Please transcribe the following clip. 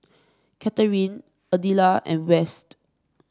Katharyn Adela and West